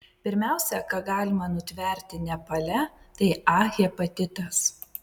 pirmiausia ką galima nutverti nepale tai a hepatitas